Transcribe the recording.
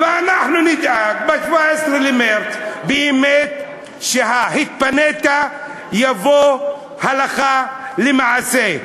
ואנחנו נדאג ב-17 במרס באמת שה"התפנית" יבוא הלכה למעשה.